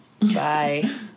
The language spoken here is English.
Bye